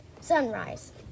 Sunrise